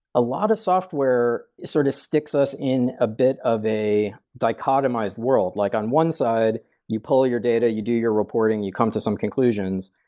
a lot of software sort of sticks us in a bit of a dichotomized world, like on one side you pull your data, you do your reporting, you come to some conclusions,